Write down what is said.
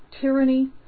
tyranny